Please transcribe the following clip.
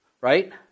right